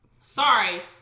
Sorry